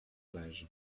plage